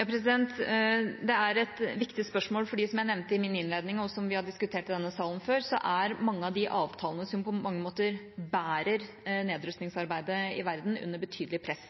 Det er et viktig spørsmål fordi – som jeg nevnte i min innledning, og som vi har diskutert i denne salen før – mange av de avtalene som på mange måter bærer nedrustningsarbeidet i verden, er under betydelig press.